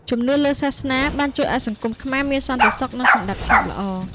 ជំនឿលើសាសនាបានជួយឱ្យសង្គមខ្មែរមានសន្តិសុខ និងសណ្តាប់ធ្នាប់ល្អ។